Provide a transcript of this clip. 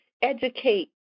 educate